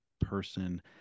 person